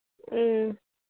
ꯎꯝ